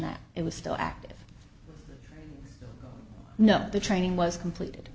that it was still active no the training was completed